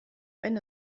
wenn